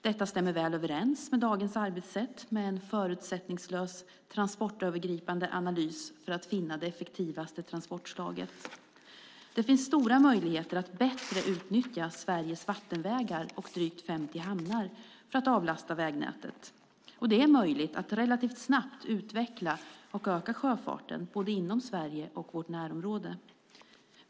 Detta stämmer väl överens med dagens arbetssätt med en förutsättningslös transportövergripande analys för att finna det effektivaste transportslaget. Det finns stora möjligheter att bättre utnyttja Sveriges vattenvägar och drygt 50 hamnar för att avlasta vägnätet. Det är möjligt att relativt snabbt utveckla och öka sjöfarten både inom Sverige och i vårt närområde.